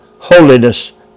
holiness